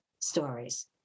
stories